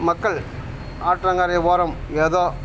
மக்கள் ஆற்றங்கரை ஓரம் ஏதோ